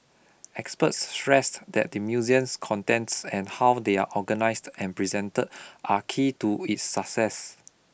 experts stressed that the museum's contents and how they are organised and presented are key to its success